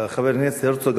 חבר הכנסת הרצוג,